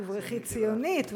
תברחי ציונית,